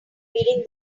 reading